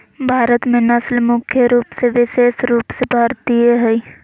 भारत में नस्ल मुख्य रूप से विशेष रूप से भारतीय हइ